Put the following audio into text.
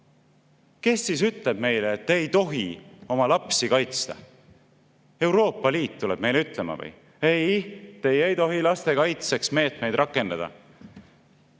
Kes ütleb meile, et me ei tohi oma lapsi kaitsta? Kas Euroopa Liit tuleb meile ütlema: "Ei, te ei tohi laste kaitseks meetmeid rakendada!"